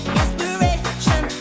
inspiration